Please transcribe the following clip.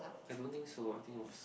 I don't think so I think it was